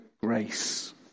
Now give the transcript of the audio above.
grace